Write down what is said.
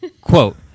Quote